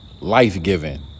Life-giving